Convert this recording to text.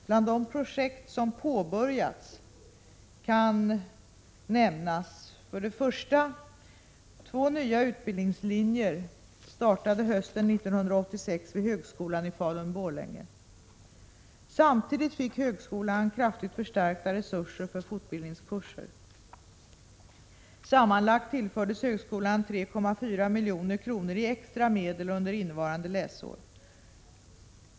Bland de projekt som påbörjats kan bl.a. nämnas: Två nya utbildningslinjer startade hösten 1986 vid högskolan i Falun/ Borlänge. Samtidigt fick högskolan kraftigt förstärkta resurser för fortbildningskurser. Sammanlagt tillförs högskolan 3,4 milj.kr. i extra medel under innevarande läsår.